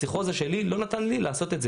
הפסיכוזה שלי לא נתן לי לעשות את זה